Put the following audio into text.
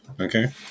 Okay